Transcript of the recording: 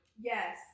Yes